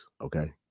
okay